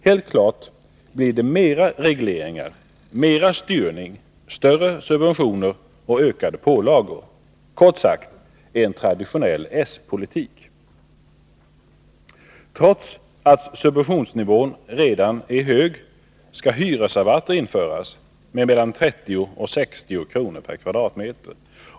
Helt klart blir det flera regleringar, mera styrning, större subventioner och ökade pålagor. Kort sagt en traditionell s-politik. Trots att subventionsnivån redan är hög skall hyresrabatter införas med mellan 30 och 60 kr. per kvadratmeter.